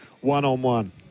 one-on-one